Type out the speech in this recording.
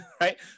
right